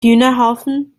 hühnerhaufen